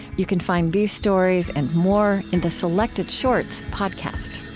you can find these stories and more in the selected shorts podcast